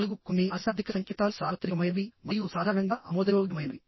నాలుగు కొన్ని అశాబ్దిక సంకేతాలు సార్వత్రికమైనవి మరియు సాధారణంగా ఆమోదయోగ్యమైనవి